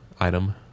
Item